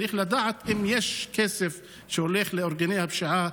צריך לדעת שאם יש כסף שהולך לארגוני הפשיעה,